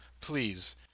Please